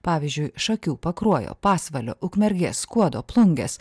pavyzdžiui šakių pakruojo pasvalio ukmergės skuodo plungės